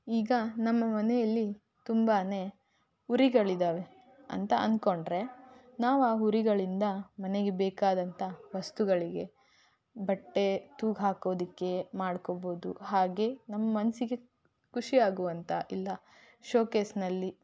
ಈಗ ನಮ್ಮ ಮನೆಯಲ್ಲಿ ತುಂಬಾ ಹುರಿಗಳಿದಾವೆ ಅಂತ ಅನ್ಕೊಂಡ್ರೆ ನಾವು ಆ ಹುರಿಗಳಿಂದ ಮನೆಗೆ ಬೇಕಾದಂಥ ವಸ್ತುಗಳಿಗೆ ಬಟ್ಟೆ ತೂಗು ಹಾಕೋದಕ್ಕೆ ಮಾಡ್ಕೊಬೋದು ಹಾಗೆ ನಮ್ಮ ಮನಸ್ಸಿಗೆ ಖುಷಿ ಆಗುವಂಥ ಇಲ್ಲ ಶೋಕೇಸ್ನಲ್ಲಿ